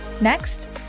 Next